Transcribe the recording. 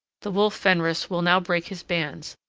the wolf fenris will now break his bands,